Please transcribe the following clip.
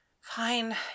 Fine